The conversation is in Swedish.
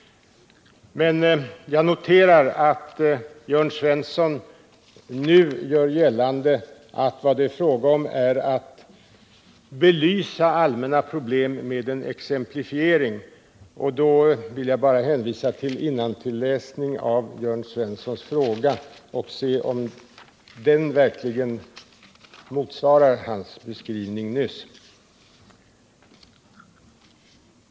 Jag noterar att Jörn Svensson nu gör gällande att det är fråga om att belysa allmänna problem med exemplifiering. Då vill jag bara hänvisa till innantilläsning av Jörn Svenssons fråga för att se om den verkligen motsvarar hans beskrivning nyss.